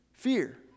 Fear